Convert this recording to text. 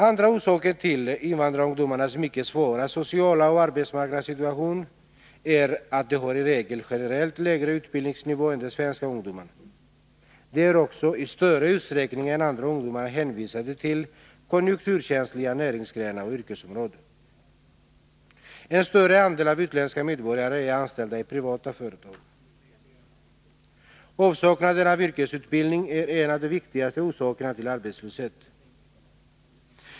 Andra orsaker till invandrarungdomarnas mycket svåra sociala och arbetsmarknadsmässiga situation är att de i regel har en generellt sett lägre utbildningsnivå än de svenska ungdomarna. De är också i större utsträckning än andra ungdomar hänvisade till konjunkturkänsliga näringsgrenar och yrkesområden. En större andel utländska medborgare är anställda i privata företag. Avsaknaden av yrkesutbildning är en av de viktigaste orsakerna till arbetslöshet.